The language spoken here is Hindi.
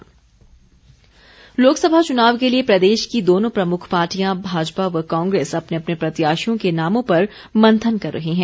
प्रत्याशी लोकसभा चुनाव के लिए प्रदेश की दोनों प्रमुख पार्टियां भाजपा व कांग्रेस अपने अपने प्रत्याशियों के नामों पर मंथन कर रही है